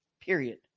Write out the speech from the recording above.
Period